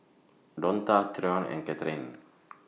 Donta Tyron and Kathryne